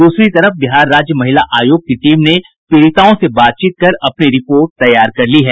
दूसरी तरफ बिहार राज्य महिला आयोग की टीम ने पीड़िताओं से बातचीत कर अपनी रिपोर्ट तैयार कर ली है